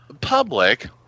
public